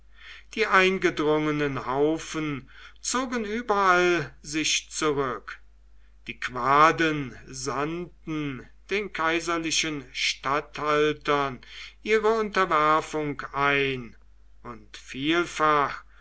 die eingedrungenen haufen zogen überall sich zurück die quaden sandten den kaiserlichen statthaltern ihre unterwerfung ein und vielfach